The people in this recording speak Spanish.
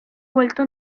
vuelto